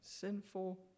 Sinful